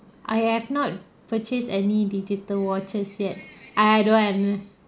I have not purchased any digital watches yet I I don't want